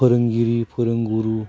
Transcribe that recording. फोरोंगिरि फोरोंगुरु